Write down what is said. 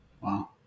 Wow